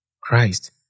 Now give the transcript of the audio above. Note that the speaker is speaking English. Christ